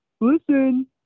Listen